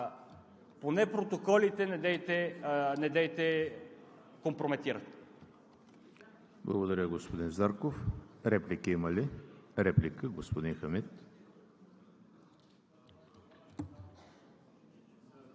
поне протоколите недейте компрометира!